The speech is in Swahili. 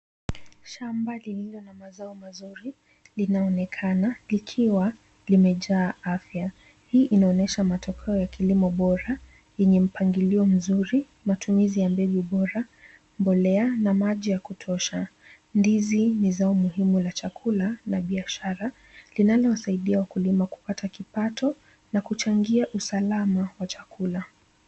Shamba lililo na mazao mazuri linaonekana likiwa limejaa afya. Hii inaonyesha matokeo ya kilimo bora yenye mpangilio mzuri matumizi ya mbegu bora, mbolea na maji ya kutosha. Ndizi ni zao muhimu la chakula na pia biashara linalo wasaidia wakulima kupata kipato na kuchangia usalama wa chakula.